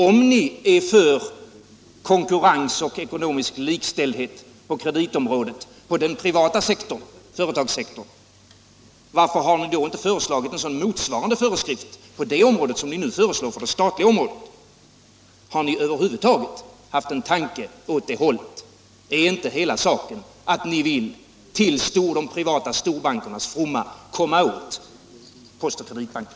Om ni är för konkurrens och ekonomisk likställdhet på kreditområdet på den privata företagssektorn, varför har ni då inte föreslagit någon motsvarande föreskrift på det området som den ni nu föreslår på det statliga området? Har ni över huvud taget haft en tanke åt det hållet? Är inte hela saken bara beroende på att ni vill, till de privata storbankernas fromma, komma åt Post och Kreditbanken?